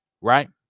right